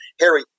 Harry